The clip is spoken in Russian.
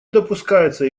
допускается